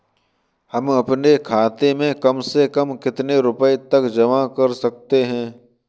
हम अपने खाते में कम से कम कितने रुपये तक जमा कर सकते हैं?